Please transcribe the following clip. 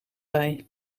bij